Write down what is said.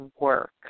work